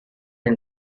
and